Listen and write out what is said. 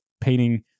painting